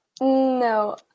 no